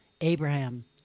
Abraham